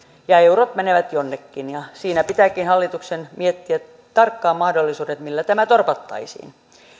ja eurot menevät jonnekin siinä pitääkin hallituksen miettiä tarkkaan mahdollisuudet millä tämä torpattaisiin